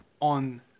on